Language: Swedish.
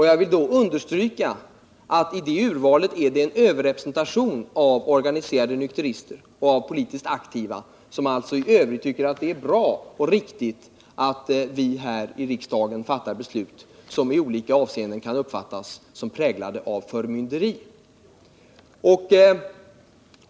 Jag vill understryka att det i urvalet är en överrepresentation av organiserade nykterister och av politiskt aktiva, som i övrigt tycker att det är bra och riktigt att vi här i riksdagen fattar beslut som i olika avseenden kan uppfattas som präglade av förmynderi.